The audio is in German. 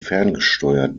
ferngesteuert